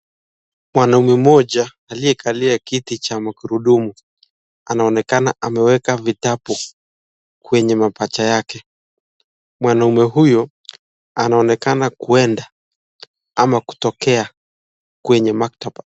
Mwanamume mmoja aliyekalia kiti cha magurudumu, anaonekana ameweka vitabu kwenye mapaja yake. Mwanaume huyo anaonekana kuenda ama kutokea kwenye maktaba.